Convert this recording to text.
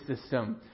system